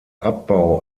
abbau